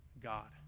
God